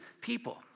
people